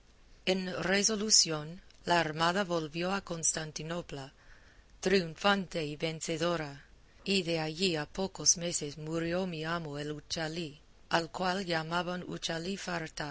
en resolución la armada volvió a constantinopla triunfante y vencedora y de allí a pocos meses murió mi amo el uchalí al cual llamaban uchalí